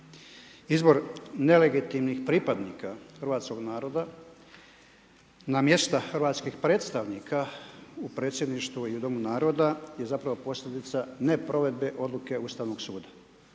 Izbor nelegitimnih pripadnika hrvatskog naroda na mjesta hrvatskih predstavnika u predsjedništvu i u domu naroda je zapravo posljedica neprovedbe odluke Ustavnog suda.